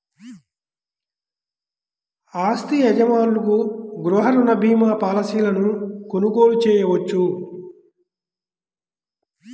ఆస్తి యజమానులు గృహ రుణ భీమా పాలసీలను కొనుగోలు చేయవచ్చు